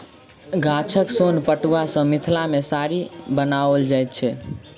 गाछक सोन पटुआ सॅ मिथिला मे साड़ी बनाओल जाइत छल